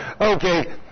Okay